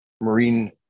marine